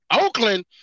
Oakland